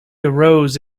arose